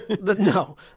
no